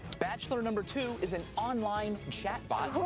bachelor number two is an online chatbot.